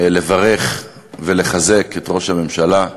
לברך ולחזק את ראש הממשלה,